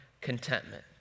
contentment